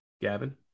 Gavin